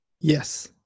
Yes